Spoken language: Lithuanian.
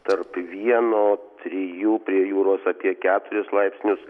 tarp vieno trijų prie jūros apie keturis laipsnius